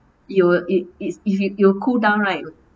it will i~ it~ you will cool down right